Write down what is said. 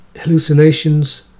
hallucinations